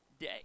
day